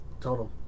Total